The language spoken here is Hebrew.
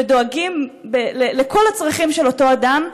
ודואגים לכל הצרכים של אותו אדם,